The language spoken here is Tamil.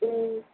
ம் ம்